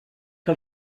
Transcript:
que